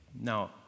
now